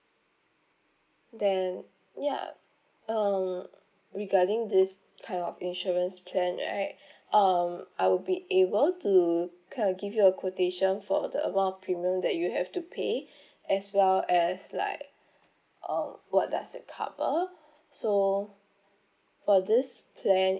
then ya um regarding this kind of insurance plan right um I will be able to kind of give you a quotation for the amount of premium that you have to pay as well as like uh what does it cover so for this plan